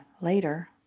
later